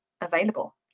available